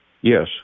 Yes